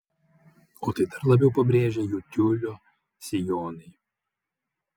o tai dar labiau pabrėžia jų tiulio sijonai